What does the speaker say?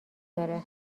داره